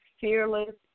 fearless